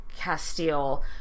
Castile